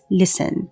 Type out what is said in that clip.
listen